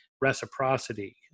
reciprocity